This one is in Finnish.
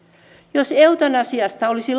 jos eutanasiasta olisi